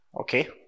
Okay